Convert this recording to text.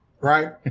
Right